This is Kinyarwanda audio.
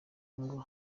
ngo